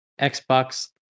Xbox